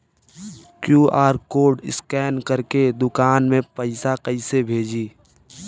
QR code scan करके दुकान में पैसा कइसे भेजी?